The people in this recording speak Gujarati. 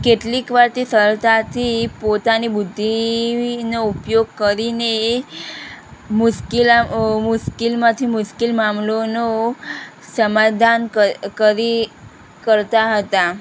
કેટલીક વાતથી સરળતાથી પોતાની બુદ્ધિ ઈવીનો ઉપયોગ કરીને મુશ્કિલાઓ મુશ્કિલમાંથી મુશ્કિલ મામલોનો સમાધાન કર કરી કરતાં હતા